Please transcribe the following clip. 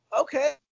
okay